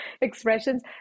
expressions